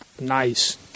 nice